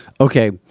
Okay